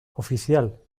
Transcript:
oficial